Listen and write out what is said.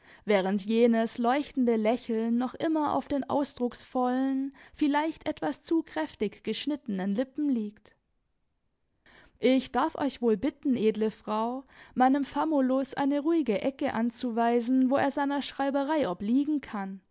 während jenes leuchtende lächeln noch immer auf den ausdrucksvollen vielleicht etwas zu kräftig geschnittenen lippen liegt ich darf euch wohl bitten edle frau meinem famulus eine ruhige ecke anzuweisen wo er seiner schreiberei obliegen kann